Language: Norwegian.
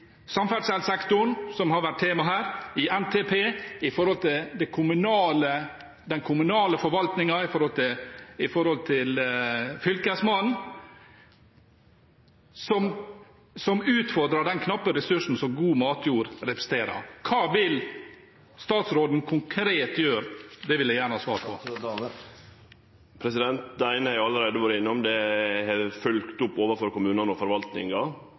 samferdselssektoren, som har vært tema her – i NTP, i kommunal forvaltning og opp mot Fylkesmannen, som utfordrer den knappe ressursen som god matjord representerer? Hva vil statsråden konkret gjøre? Det vil jeg gjerne ha svar på. Det eine har eg allereie vore innom. Den målsetjinga som Stortinget har fastsett, er følgd opp overfor kommunane og forvaltninga.